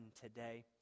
today